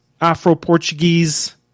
Afro-Portuguese